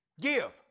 Give